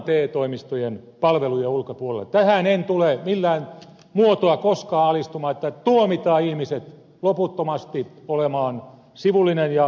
tähän en tule millään muotoa koskaan alistumaan että tuomitaan ihmiset loputtomasti olemaan sivullisia ja syrjäytyneitä